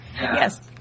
Yes